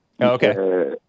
Okay